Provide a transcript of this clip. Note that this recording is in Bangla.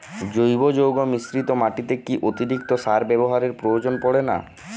জৈব যৌগ মিশ্রিত মাটিতে কি অতিরিক্ত সার ব্যবহারের প্রয়োজন পড়ে না?